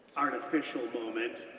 artificial moment,